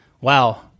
Wow